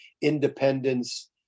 independence